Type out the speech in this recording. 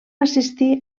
assistir